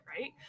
right